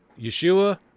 Yeshua